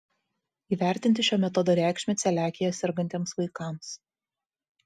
įvertinti šio metodo reikšmę celiakija sergantiems vaikams